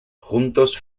juntos